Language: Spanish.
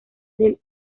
del